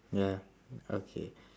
ya okay